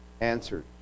answered